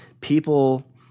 people